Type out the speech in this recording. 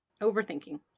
Overthinking